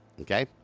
Okay